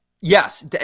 yes